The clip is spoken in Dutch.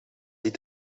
dit